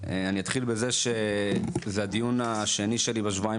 אני אתחיל בזה שזה הדיון השני שלי בשבועיים